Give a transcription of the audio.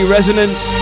Resonance